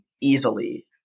easily